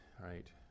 right